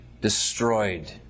destroyed